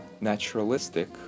naturalistic